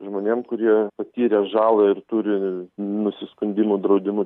žmonėm kurie patyrė žalą ir turi nusiskundimų draudimu